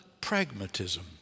pragmatism